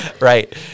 Right